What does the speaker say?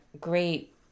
great